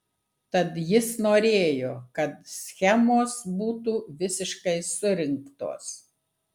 tad jis norėjo kad schemos būtų visiškai surinktos